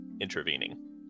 intervening